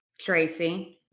Tracy